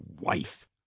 wife